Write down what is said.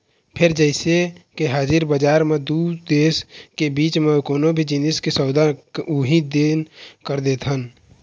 फेर जइसे के हाजिर बजार म दू देश के बीच म कोनो भी जिनिस के सौदा उहीं दिन कर देथन